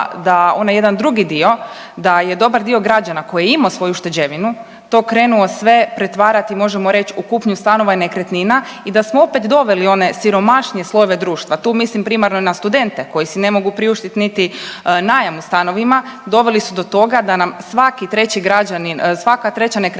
da je dobar dio građana koji je imao svoju ušteđevinu to krenuo sve pretvarati možemo reć u kupnju stanova i nekretnina i da smo opet doveli one siromašnije slojeve društva, tu mislim primarno na studente koji si ne mogu priuštiti niti najam u stanovima doveli su do toga da nam svaki treći građanin, svaka treća nekretnina